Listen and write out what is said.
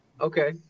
Okay